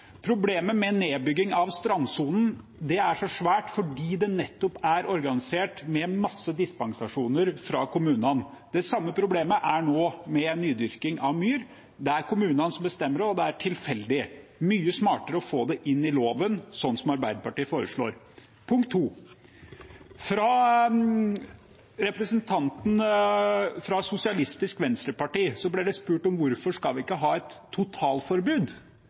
Problemet med nedbygging av strandsonen er så svært nettopp fordi det er organisert med en masse dispensasjoner fra kommunene. Det samme problemet er det nå med nydyrking av myr. Det er kommunene som bestemmer, og det er tilfeldig. Det er mye smartere å få det inn i loven, slik Arbeiderpartiet foreslår. Av en representant fra SV ble det spurt om hvorfor vi ikke skal ha et totalforbud.